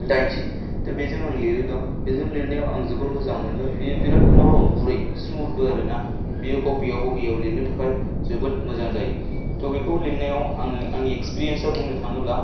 दाइनजि दा बिजों आं लिरो दा बिजों लिरनायाव आं जोबोर मोजां मोन्दों बियो बिराद नरम गुरै स्मुदबो आरोना बियो कपि आव बहिआव लिरनो थाखाय जोबोद मोजां जायो थ बिखौ लिरनायाव आङो आंनि एक्सपिरियेन्साव बुंनो थाङोब्ला